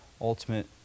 ultimate